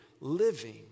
living